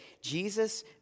Jesus